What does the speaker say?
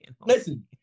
Listen